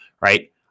right